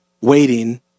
Waiting